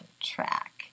track